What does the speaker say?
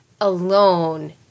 alone